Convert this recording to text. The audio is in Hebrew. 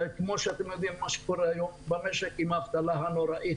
כמו שאתם יודעים עם האבטלה הנוראית